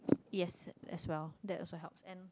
yes that's well that also helps and